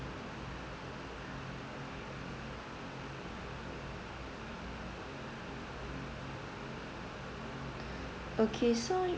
okay so